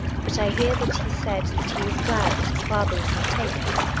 but i hear that he said that he was glad that his father was not taken,